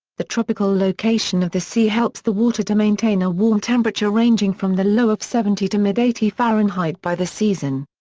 the tropical location of the sea helps the water to maintain a warm temperature ranging from the low of seventy to mid eighty fahrenheit by the season.